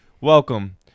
Welcome